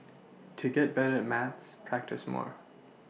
to get better at maths practise more